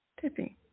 Tipping